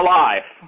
life